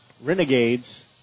Renegades